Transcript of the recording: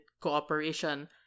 cooperation